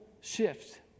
shift